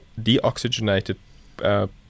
deoxygenated